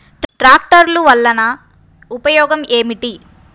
ట్రాక్టర్లు వల్లన ఉపయోగం ఏమిటీ?